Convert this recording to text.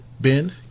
Ben